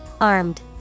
Armed